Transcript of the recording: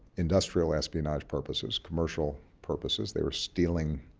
industrial espionage purposes, commercial purposes. they were stealing,